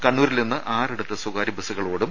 കണ്ണൂരിൽ ഇന്ന് ആറിടത്ത് സ്വകാര്യ ബസുകൾ ഓടും